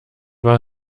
war